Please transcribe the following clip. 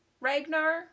Ragnar